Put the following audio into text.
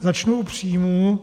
Začnu u příjmů.